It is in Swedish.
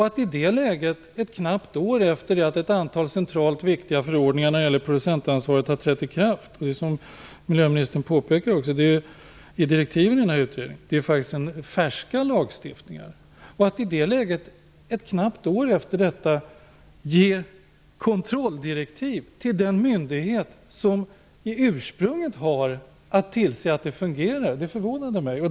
Att ett knappt år efter det att ett antal centralt viktiga förordningar när det gäller producentansvaret har trätt i kraft, som också miljöministern påpekar i direktiven till utredningen, ge kontrolldirektiv till den myndighet som ursprungligen har att se till att det fungerar förvånade mig.